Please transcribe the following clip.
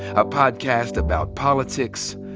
a podcast about politics,